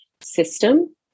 system